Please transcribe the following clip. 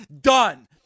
Done